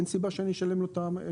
אין סיבה שאני אעצור לו את המשכנתא.